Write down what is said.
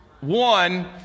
one